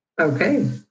Okay